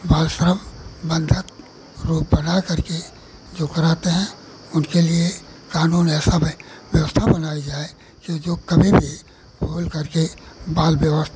बाल श्रम बन्धक रूप बना करके जो कराते हैं उनके लिए कानून है सब है व्यवस्था बनाई जाए यह जो कभी भी भूल करके बाल बेवस